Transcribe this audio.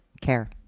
Care